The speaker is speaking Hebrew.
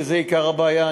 שזה עיקר הבעיה,